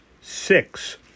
Six